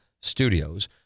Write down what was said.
studios